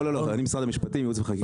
לא לא לא, אני ממשרד המשפטים ייעוץ וחקיקה.